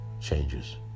Changes